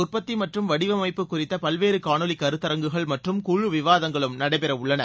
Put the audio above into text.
உற்பத்திமற்றும் வடிவமைப்பு குறித்தபல்வேறுகாணொலிகருத்தரங்குகள் மற்றும் குழு விவாதங்களும் நடைபெறவுள்ளன